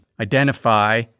identify